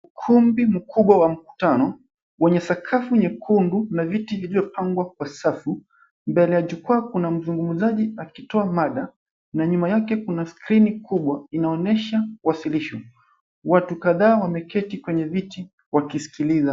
Ukumbu mkubwa wa mkutano, wenye sakafu nyekundu na viti vilivyopangwa kwa safu. Mbele ya jukwa kuna mzungumzaji akitoa mada na nyuma yake kuna skrini kubwa inaonyesha uwasilisho. Watu kadhaa wameketi mwenye viti wakisikiliza.